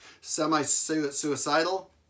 semi-suicidal